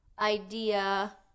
idea